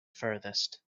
furthest